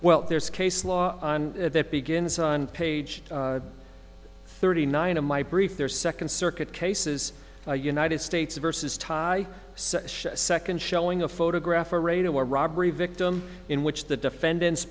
well there's case law that begins on page thirty nine of my brief their second circuit cases the united states versus thai second showing a photograph or radio or robbery victim in which the defendant's